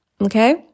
Okay